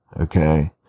okay